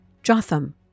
Jotham